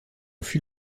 fut